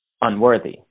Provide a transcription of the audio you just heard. unworthy